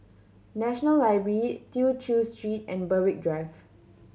National Library Tew Chew Street and Berwick Drive